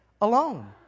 alone